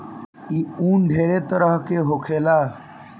ई उन ढेरे तरह के होखेला